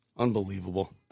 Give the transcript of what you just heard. Unbelievable